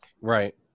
right